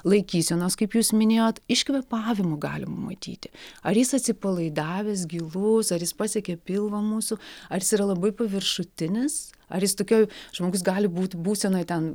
laikysenos kaip jūs minėjot iš kvėpavimo galima matyti ar jis atsipalaidavęs gilus ar jis pasiekia pilvą mūsų ar jis yra labai paviršutinis ar jis tokioj žmogus gali būt būsenoj ten